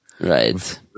Right